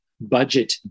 budget